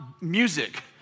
music